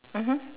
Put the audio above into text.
mmhmm